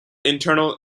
internal